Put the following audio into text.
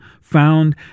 found